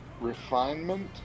refinement